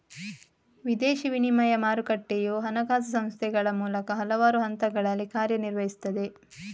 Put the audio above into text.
ವಿದೇಶಿ ವಿನಿಮಯ ಮಾರುಕಟ್ಟೆಯು ಹಣಕಾಸು ಸಂಸ್ಥೆಗಳ ಮೂಲಕ ಹಲವಾರು ಹಂತಗಳಲ್ಲಿ ಕಾರ್ಯ ನಿರ್ವಹಿಸುತ್ತದೆ